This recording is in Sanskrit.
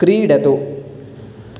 क्रीडतु